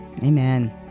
Amen